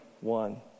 one